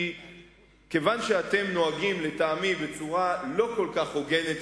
כיוון שאתם נוהגים לטעמי בצורה לא כל כך הוגנת